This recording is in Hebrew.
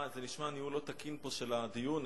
זה נשמע ניהול לא תקין של הדיון.